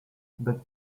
but